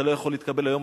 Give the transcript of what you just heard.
אתה לא יכול להתקבל היום.